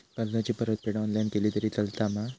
कर्जाची परतफेड ऑनलाइन केली तरी चलता मा?